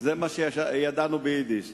זה מה שידענו ביידיש.